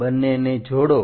બંનેને જોડો